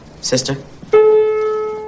Sister